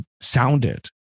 sounded